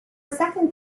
second